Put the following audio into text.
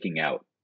out